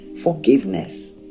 forgiveness